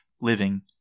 living